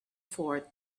fort